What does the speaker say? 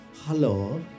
Hello